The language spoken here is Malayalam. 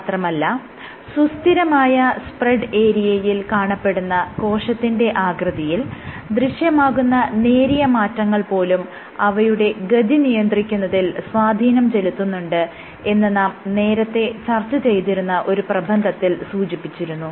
മാത്രമല്ല സുസ്ഥിരമായ സ്പ്രെഡ് ഏരിയയിൽ കാണപ്പെടുന്ന കോശത്തിന്റെ ആകൃതിയിൽ ദൃശ്യമാകുന്ന നേരിയ മാറ്റങ്ങൾ പോലും അവയുടെ ഗതി നിയന്ത്രിക്കുന്നതിൽ സ്വാധീനം ചെലുത്തുന്നുണ്ട് എന്ന് നാം നേരത്തെ ചർച്ച ചെയ്തിരുന്ന ഒരു പ്രബന്ധത്തിൽ സൂചിപ്പിച്ചിരുന്നു